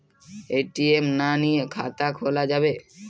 ATM না নিয়ে খাতা খোলা যাবে?